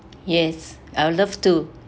yes I will love to